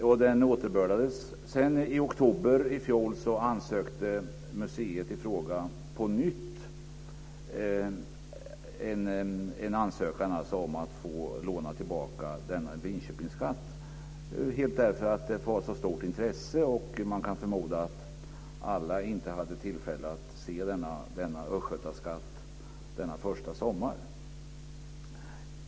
Skatten återbördades sedan. I oktober i fjol ansökte museet i fråga på nytt om att få låna denna Linköpingsskatt, helt enkelt därför att intresset var så stort och att man kan förmoda att alla inte hade tillfälle att se denna östgötaskatt denna första sommar.